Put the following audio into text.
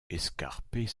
escarpées